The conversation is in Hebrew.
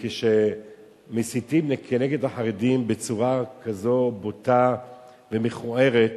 וכשמסיתים כנגד החרדים בצורה כזו בוטה ומכוערת,